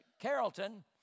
Carrollton